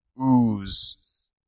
ooze